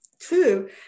True